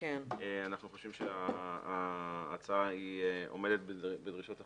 אנחנו חושבים שההצעה היא עומדת בדרישות החוק.